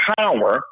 power